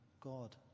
God